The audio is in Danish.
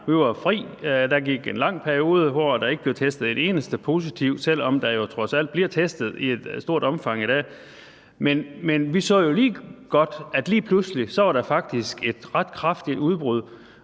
vi var fri. Der gik en lang periode, hvor der ikke blev testet en eneste positiv, selv om der jo trods alt bliver testet i et stort omfang i dag. Men situationen er bare, at vi jo ligegodt så, at der lige pludselig faktisk var et ret kraftigt udbrud,